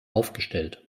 aufgestellt